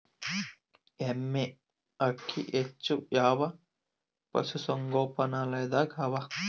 ಎಮ್ಮೆ ಅಕ್ಕಿ ಹೆಚ್ಚು ಯಾವ ಪಶುಸಂಗೋಪನಾಲಯದಾಗ ಅವಾ?